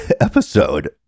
episode